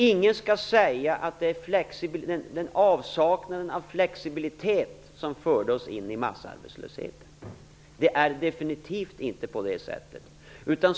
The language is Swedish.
Ingen skall säga att det var avsaknaden av flexibilitet som förde oss in i massarbetslösheten. Det är definitivt inte på det sättet.